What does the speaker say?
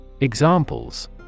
Examples